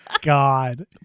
God